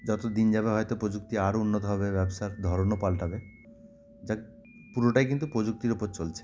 যত দিন যাবে হয়তো প্রযুক্তি আরও উন্নত হবে ব্যবসার ধরনও পালটাবে যাক পুরোটাই কিন্তু প্রযুক্তির ওপর চলছে